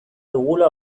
dugula